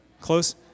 Close